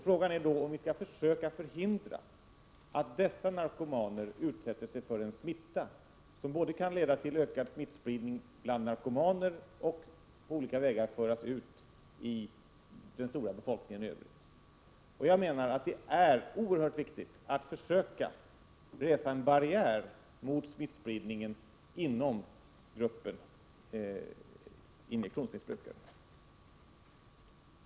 Frågan är då om vi skall försöka förhindra att dessa narkomaner utsätter sig för en smitta, som både kan leda till ökad smittspridning bland narkomaner och på olika vägar kan föras ut i den stora befolkningen i övrigt. Det är oerhört viktigt att man försöker resa en barriär mot smittspridningen inom gruppen injektionsmissbrukare.